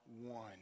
one